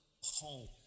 home